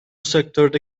sektörde